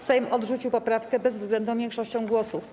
Sejm odrzucił poprawkę bezwzględną większością głosów.